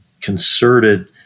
concerted